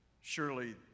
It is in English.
surely